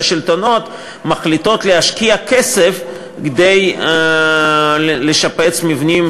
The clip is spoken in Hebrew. שהשלטונות מחליטים להשקיע כסף כדי לשפץ מבנים,